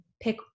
pick